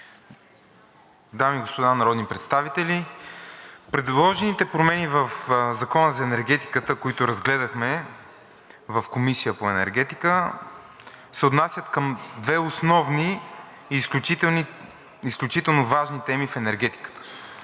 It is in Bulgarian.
Дами и господа народни представители! Предложените промени в Закона за енергетиката, които разгледахме в Комисията по енергетика, се отнасят към две основни, изключително важни теми в енергетиката.